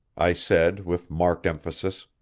i said with marked emphasis,